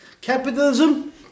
Capitalism